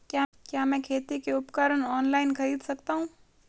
क्या मैं खेती के उपकरण ऑनलाइन खरीद सकता हूँ?